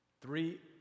Three